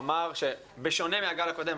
הוא אמר שבשונה מהגל הקודם,